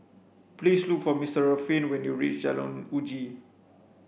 please look for Ruffin when you reach Jalan Uji